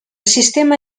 sistema